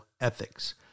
ethics